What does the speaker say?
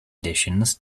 editions